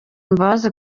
imbabazi